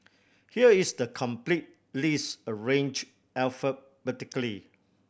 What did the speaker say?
here is the complete list arranged alphabetically